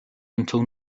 until